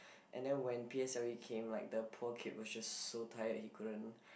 and then when p_s_l_e came like the poor kids were just so tired he couldn't